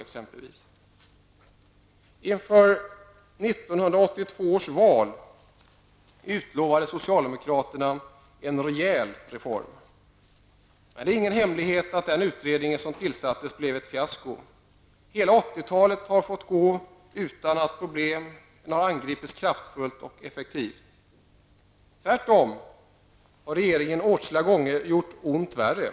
Socialdemokraterna utlovade en rejäl reform inför 1982 års val. Det är ingen hemlighet att den utredning som tillsattes blev ett fiasko. Hela 80 talet har fått gå utan att problemen har angripits kraftfullt och effektivt. Regeringen har tvärtom åtskilliga gånger gjort ont värre.